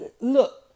look